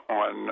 on